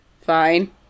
Fine